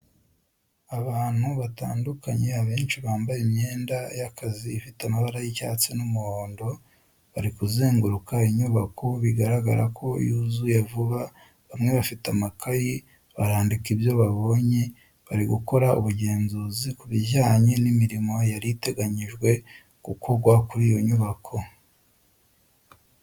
Abantu batandukanye abenshi bambaye imyenda y'akazi ifite amabara y'icyatsi n'umuhondo, bari kuzenguruka inyubako bigaragara ko yuzuye vuba bamwe bafite amakayi barandika ibyo babonye bari gukora ubugenzuzi ku bijyanye n'imirimo yari iteganyijwe gukorwa kuri iyo nyubako.